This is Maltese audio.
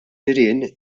nirien